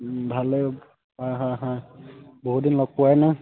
ভালেই হয় হয় হয় বহু দিন লগ পোৱাই নাই